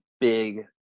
big